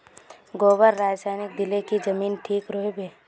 गोबर रासायनिक दिले की जमीन ठिक रोहबे?